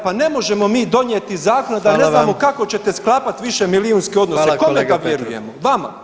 Pa ne možemo mi donijeti zakon, a da ne znamo kako ćete sklapati [[Upadica: Hvala vam.]] višemilijunske odnose [[Upadica: Hvala kolega Petrov.]] kome da vjerujemo, vama.